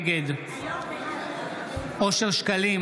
נגד אושר שקלים,